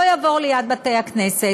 לא יעבור ליד בתי-הכנסת,